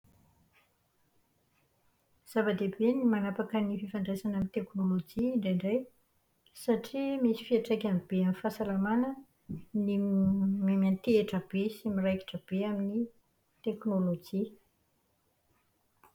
Zava-dehibe ny manapaka ny fifandraisana amin'ny teknolojia indraindray, satria misy fiantraikany be amin'ny fahasalamàna ny miantehitra be sy miraikitra be amin'ny teknolojia.